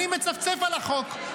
אני מצפצף על החוק,